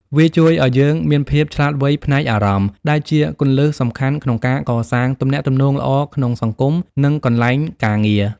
វាជួយឱ្យយើងមានភាពឆ្លាតវៃផ្នែកអារម្មណ៍ ដែលជាគន្លឹះសំខាន់ក្នុងការកសាងទំនាក់ទំនងល្អក្នុងសង្គម និងកន្លែងការងារ។